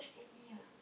really ah